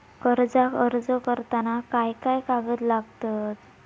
कर्जाक अर्ज करताना काय काय कागद लागतत?